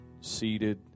seated